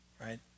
right